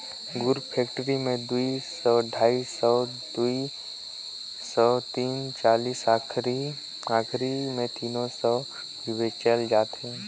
गुर फेकटरी मे दुई सौ, ढाई सौ, दुई सौ तीस चालीस आखिरी आखिरी मे तीनो सौ भी बेचाय जाथे